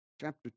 chapter